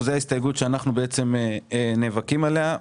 הצבעה ההסתייגות לא נתקבלה ההסתייגות לא התקבלה.